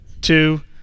two